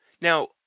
Now